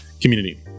community